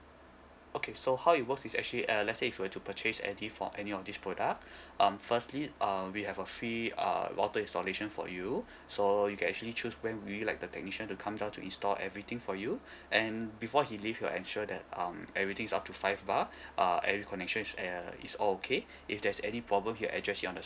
okay so how it works is actually uh let's say if you were to purchase for any of these food um firstly uh we have a free uh router installation for you so you can actually choose when do you like the technician to come down to install everything for you and before he leave he'll ensure that um everything is up to five bar uh every connections uh is all okay if there's any problem he'll address you on the spot